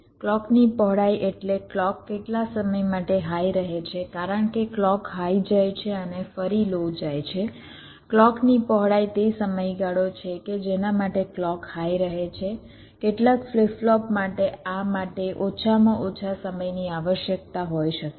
ક્લૉકની પહોળાઈ એટલે ક્લૉક કેટલા સમય માટે હાઇ રહે છે કારણ કે ક્લૉક હાઇ જાય છે અને ફરી લો જાય છે ક્લૉકની પહોળાઈ તે સમયગાળો છે કે જેના માટે ક્લૉક હાઇ રહે છે કેટલાક ફ્લિપ ફ્લોપ માટે આ માટે ઓછામાં ઓછા સમયની આવશ્યકતા હોઈ શકે છે